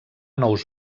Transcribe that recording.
nous